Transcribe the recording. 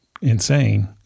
insane